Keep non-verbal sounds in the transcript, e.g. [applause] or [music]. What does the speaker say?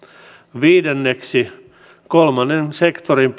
viidenneksi kolmannen sektorin [unintelligible]